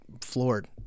floored